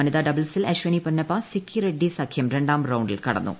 വനിത ഡബിൾസിൽ അശ്വനി പൊന്നപ്പ സിക്കി റെഡ്ഢി സഖ്യം രണ്ടാം റൌണ്ടില കടന്നു